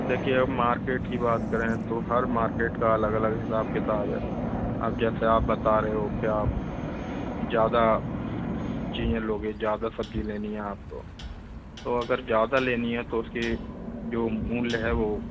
देखिये अब मार्केट की बात करें तो हर मार्केट का अलग अलग हिसाब किताब है अब जैसे आप बता रहे हो की आप ज़्यादा चीज़ें लोगे ज़्यादा सब्जी लेनी है आपको तो अगर ज़्यादा लेनी है तो उसकी जो मूल्य है